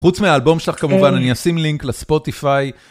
חוץ מהאלבום שלך כמובן, אני אשים לינק לספוטיפיי.